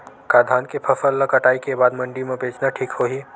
का धान के फसल ल कटाई के बाद मंडी म बेचना ठीक होही?